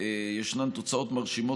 ישנן תוצאות מרשימות,